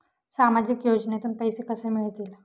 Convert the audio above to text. सामाजिक योजनेतून पैसे कसे मिळतील?